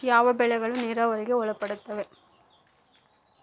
ಯಾವ ಬೆಳೆಗಳು ನೇರಾವರಿಗೆ ಒಳಪಡುತ್ತವೆ?